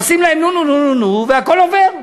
עושים להם נו-נו-נו-נו-נו, והכול עובר.